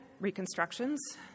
reconstructions